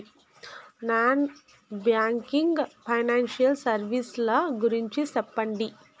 Non banking financial services ల గురించి సెప్పండి?